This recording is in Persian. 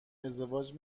ازدواج